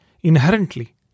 inherently